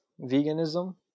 veganism